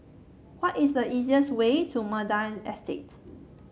what is the easiest way to Mandai Estate